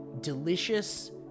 delicious